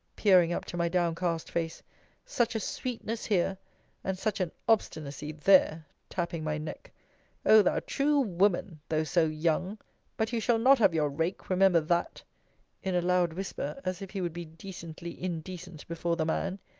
peering up to my downcast face such a sweetness here and such an obstinacy there! tapping my neck o thou true woman though so young but you shall not have your rake remember that in a loud whisper, as if he would be decently indecent before the man.